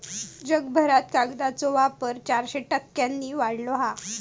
जगभरात कागदाचो वापर चारशे टक्क्यांनी वाढलो हा